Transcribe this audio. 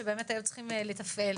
שבאמת היו צריכים לתפעל.